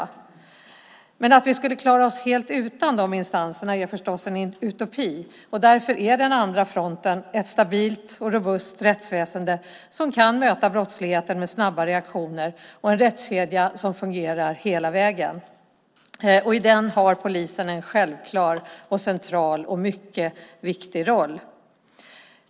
Men det är förstås en utopi att vi skulle klara oss helt utan de instanserna. Därför är det den andra fronten - ett stabilt och robust rättsväsen - som kan möta brottsligheten med snabba reaktioner och en rättskedja som fungerar hela vägen. I den har polisen en självklar, central och mycket viktig roll.